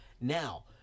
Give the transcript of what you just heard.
Now